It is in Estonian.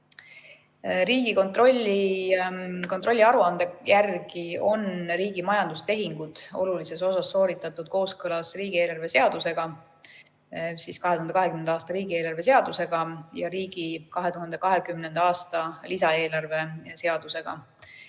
kontrolliaruande järgi on riigi majandustehingud olulises osas sooritatud kooskõlas riigieelarve seadusega, 2020. aasta riigieelarve seadusega, ja riigi 2020. aasta lisaeelarve seadusega